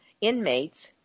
inmates